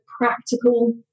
practical